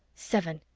seven,